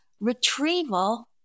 retrieval